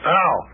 Now